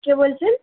কে বলছেন